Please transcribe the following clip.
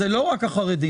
זה לא רק החרדים.